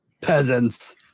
Peasants